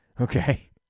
Okay